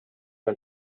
tal